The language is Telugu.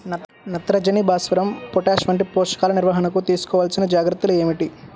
నత్రజని, భాస్వరం, పొటాష్ వంటి పోషకాల నిర్వహణకు తీసుకోవలసిన జాగ్రత్తలు ఏమిటీ?